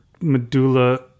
medulla